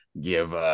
give –